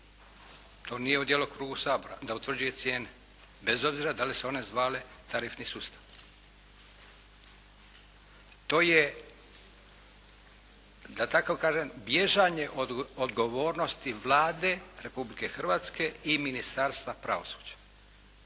To nije u djelokrugu Sabora da utvrđuje cijene bez obzira da li se one zvale tarifni sustav. To je da tako kažem, bježanje odgovornosti Vlade Republike Hrvatske i Ministarstva pravosuđa.